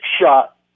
Shot